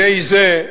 הנה זה,